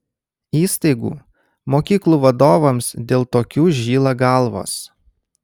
įstaigų mokyklų vadovams dėl tokių žyla galvos